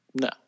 No